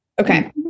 Okay